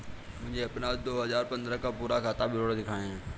मुझे अपना दो हजार पन्द्रह का पूरा खाता विवरण दिखाएँ?